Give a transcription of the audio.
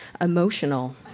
emotional